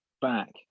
back